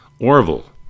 Orville